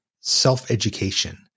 self-education